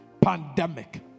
pandemic